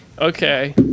Okay